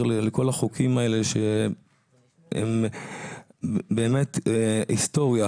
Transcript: לכל החוקים האלה שהם באמת היסטוריה,